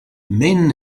men